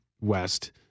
West